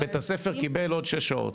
בית-הספר קיבל עוד 6 שעות.